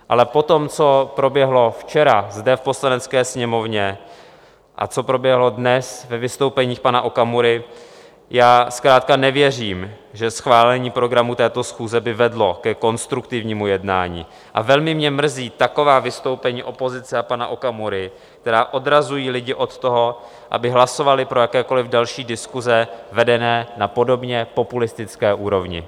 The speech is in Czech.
Ale po tom, co zde proběhlo včera v Poslanecké sněmovně a co proběhlo dnes ve vystoupeních pana Okamury, já zkrátka nevěřím, že schválení programu této schůze by vedlo ke konstruktivnímu jednání, a velmi mě mrzí taková vystoupení opozice a pana Okamury, která odrazují lidi od toho, aby hlasovali pro jakékoliv další diskuse vedené na podobně populistické úrovni.